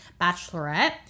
Bachelorette